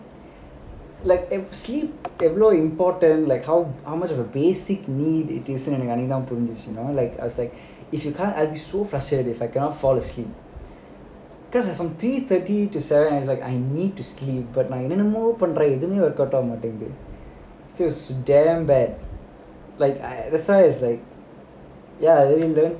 like sleep is so important like how how much of a basic need அன்னைக்கு தான் புரிஞ்சுச்சு:annaikku thaan purinchichu like I was like if you can't I'm so frustrated if I cannot fall asleep because I from three thirty to seven it's like I need to sleep என்னலாமோ பண்றேன் ஆனா எதுமே:ennalaamo pandraen aanaa edhumae workout ஆக மாட்டேங்குது:aaga maattaenguthu it was damn bad like that's why it's like ya